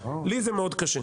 לי זה מאוד קשה.